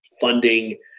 funding